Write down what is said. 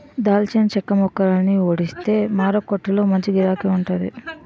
దాల్చిన చెక్క మొక్కలని ఊడిస్తే మారకొట్టులో మంచి గిరాకీ వుంటాది